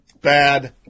Bad